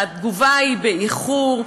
התגובה היא באיחור,